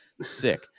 Sick